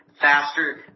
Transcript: Faster